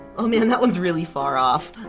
oh man, that one's really far off.